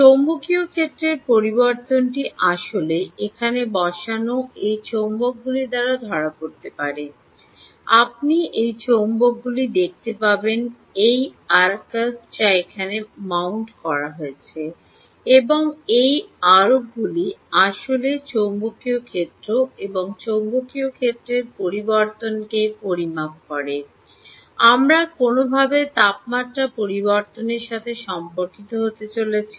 চৌম্বকীয় ক্ষেত্রের পরিবর্তনটি আসলে এখানে বসানো এই চৌম্বকগুলি দ্বারা ধরা পড়তে পারে আপনি এই চৌম্বকগুলি দেখতে পাবেন এই Arcs যা এখানে মাউন্ট করা হয়েছে এবং এই আরকগুলি আসলে চৌম্বকীয় ক্ষেত্র এবং চৌম্বকীয় ক্ষেত্রের পরিবর্তনকে পরিমাপ করে আমরা কোনওভাবে তাপমাত্রা পরিবর্তনের সাথে সম্পর্কিত হতে চলেছি